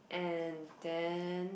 and then